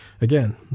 again